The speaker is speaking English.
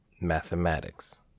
Mathematics